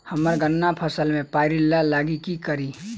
हम्मर गन्ना फसल मे पायरिल्ला लागि की करियै?